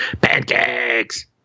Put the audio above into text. pancakes